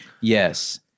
yes